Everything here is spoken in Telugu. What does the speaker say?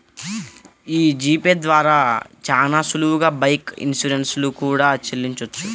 యీ జీ పే ద్వారా చానా సులువుగా బైక్ ఇన్సూరెన్స్ లు కూడా చెల్లించొచ్చు